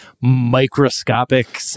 microscopic